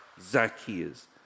Zacchaeus